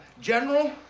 general